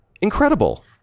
Incredible